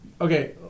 Okay